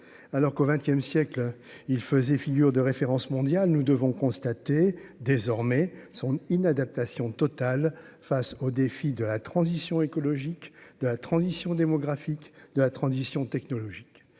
alors qu'au 20ème siècle, il faisait figure de référence mondiale, nous devons constater désormais son inadaptation totale face aux défis de la transition écologique de la transition démographique de la transition technologique,